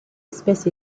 espèce